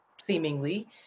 seemingly